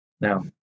Now